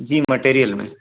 जी material में